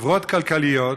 חברות כלכליות,